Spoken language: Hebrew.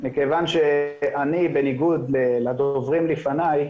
מכיוון שאני בניגוד לדוברים לפניי